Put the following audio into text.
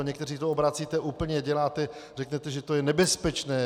Někteří to obracíte úplně, děláte, řeknete, že je to nebezpečné.